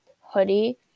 hoodie